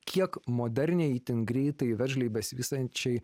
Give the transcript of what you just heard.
kiek moderniai itin greitai veržliai besivystančiai